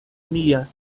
mia